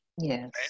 Yes